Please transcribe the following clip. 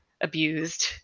abused